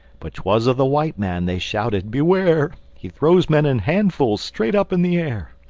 but twas of the white man they shouted, beware! he throws men in handfuls, straight up in the air!